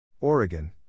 Oregon